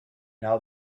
now